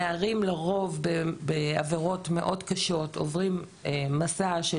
נערים לרוב בעבירות מאוד קשות עוברים מסע של